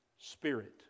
Spirit